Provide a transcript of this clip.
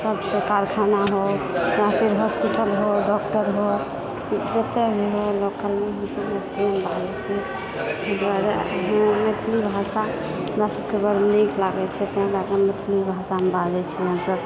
सबसँ कारखाना हो या फिर हॉस्पिटल हो डॉक्टर हो जतऽ हो हम सभ लोकलमे मैथलिएमे बाजै छी एहि दुआरे कि मैथिली भाषा हमरा सभके बड्ड नीक लागैत छै ताहि लए कऽ मैथिली भाषामे बाजै छी हमसभ